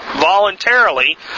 voluntarily